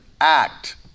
act